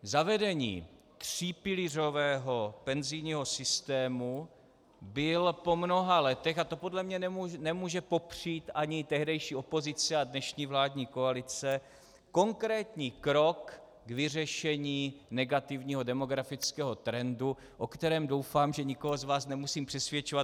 Zavedení třípilířového penzijního systému bylo po mnoha letech, a to podle mě nemůže popřít ani tehdejší opozice a dnešní vládní koalice, konkrétní krok k vyřešení negativního demokratického trendu, o kterém doufám, že nikoho z vás nemusím přesvědčovat.